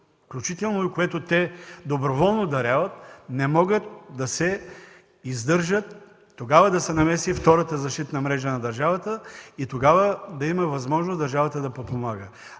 включително и което те доброволно даряват, не могат да се издържат. Тогава да се намеси втората защитна мрежа на държавата и тогава да има възможност държавата да подпомага.